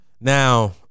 Now